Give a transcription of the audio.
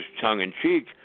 tongue-in-cheek